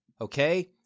okay